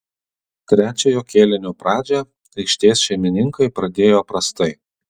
trečiojo kėlinio pradžią aikštės šeimininkai pradėjo prastai